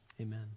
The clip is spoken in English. amen